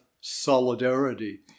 solidarity